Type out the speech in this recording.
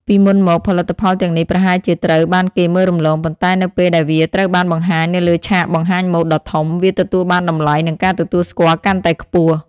ពីមុនមក ផលិតផលទាំងនេះប្រហែលជាត្រូវបានគេមើលរំលង ប៉ុន្តែនៅពេលដែលវាត្រូវបានបង្ហាញនៅលើឆាកបង្ហាញម៉ូដដ៏ធំ វាទទួលបានតម្លៃ និងការទទួលស្គាល់កាន់តែខ្ពស់។